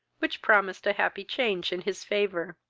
which promised a happy change in his favour.